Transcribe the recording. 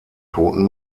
toten